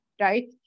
right